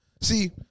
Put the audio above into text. see